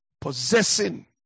Possessing